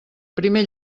primer